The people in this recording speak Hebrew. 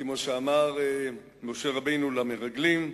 כמו שאמר משה רבנו למרגלים: